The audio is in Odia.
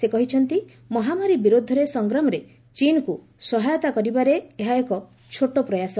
ସେ କହିଛନ୍ତି ମହାମାରୀ ବିରୁଦ୍ଧରେ ସଂଗ୍ରାମରେ ଚୀନକୁ ସହାୟତା କରିବାରେ ଏହା ଏକ ଛୋଟ ପ୍ରୟାସ